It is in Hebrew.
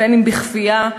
או בכפייה,